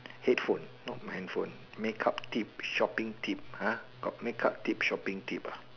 headphone not handphone makeup tip shopping tip !huh! got makeup tip shopping tip ah